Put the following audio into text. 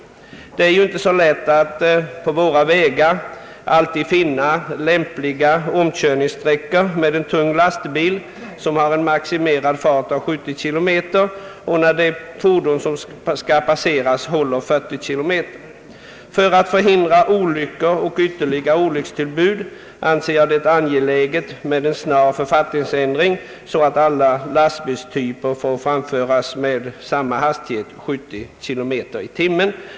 Det är inte alltid lätt att på våra vägar finna lämpliga omkörningssträckor för en tung lastbil som har en maximerad fart av 70 km i timmen, när det fordon som skall passeras håller 40 km. För att förhindra olyckor och ytterligare olyckstillbud anser jag det angeläget med en snar författningsändring, så att alla lastbilstyper får framföras med samma hastighet — 70 km i timmen.